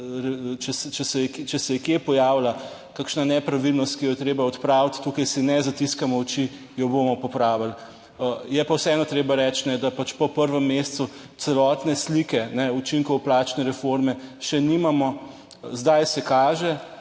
če se je kje pojavila kakšna nepravilnost, ki jo je treba odpraviti tukaj si ne zatiskamo oči, jo bomo popravili. Je pa vseeno treba reči, da pač po prvem mesecu celotne slike učinkov plačne reforme še nimamo. Zdaj se kaže,